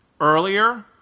earlier